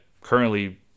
currently